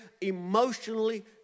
emotionally